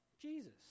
Jesus